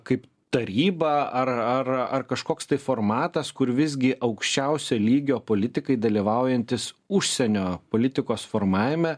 kaip taryba ar ar ar kažkoks tai formatas kur visgi aukščiausio lygio politikai dalyvaujantys užsienio politikos formavime